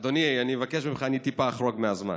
אדוני, אני מבקש ממך, אני טיפה אחרוג מהזמן.